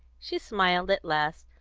she smiled at last,